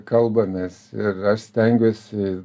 kalbamės ir aš stengiuosi